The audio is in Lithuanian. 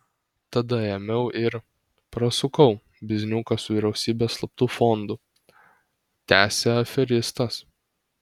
tada ėmiau ir prasukau bizniuką su vyriausybės slaptu fondu tęsė aferistas